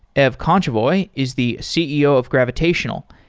ev kontsevoy is the ceo of gravitational,